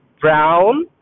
brown